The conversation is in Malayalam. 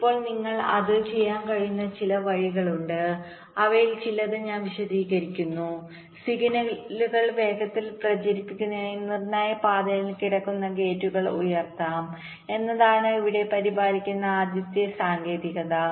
ഇപ്പോൾ നിങ്ങൾക്ക് അത് ചെയ്യാൻ കഴിയുന്ന ചില വഴികളുണ്ട് അവയിൽ ചിലത് ഞാൻ വിശദീകരിക്കുന്നു സിഗ്നലുകൾ വേഗത്തിൽ പ്രചരിപ്പിക്കുന്നതിനായി നിർണായക പാതയിൽ കിടക്കുന്ന ഗേറ്റുകൾ ഉയർത്താം എന്നതാണ് ഇവിടെ പരിപാലിക്കുന്ന ആദ്യത്തെ സാങ്കേതികത